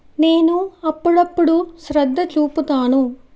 నేను అప్పుడప్పుడు శ్రద్ధ చూపుతాను